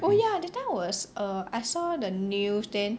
oh ya that time I was err I saw the news then